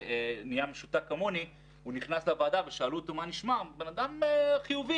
כפי שאמר חברי,